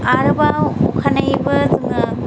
आरोबाव अखानायैबो जों